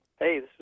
Hey